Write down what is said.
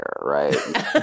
right